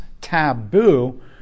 taboo